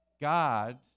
God